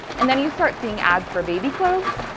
and then you start seeing ads for baby clothes,